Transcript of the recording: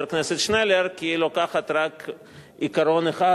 הכנסת שנלר כי היא לוקחת רק עיקרון אחד,